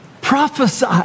prophesy